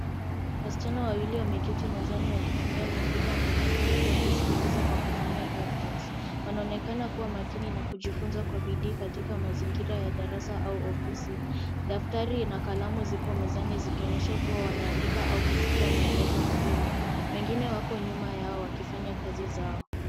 Wasichana wawili wameketi mezani wakitumia kompyuta mpakato huku wakisikiliza kutumia earphones . Wanaonekana kuwa makini na kujifunza kwa bidii katika mazingira ya darasa au ofisi. Daftari inaonekana na kalamu zipo mezani ikionyesha kuwa anaandika au kuchukua maelezo muhimu. Wengine wako nyuma yao wakifanya kazi zao.